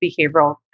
behavioral